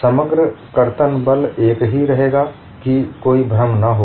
समग्र कर्तन बल एक ही रहेगा कि कोई भ्रम न हो